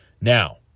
Now